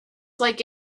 like